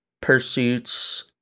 pursuits